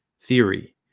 theory